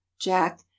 Jack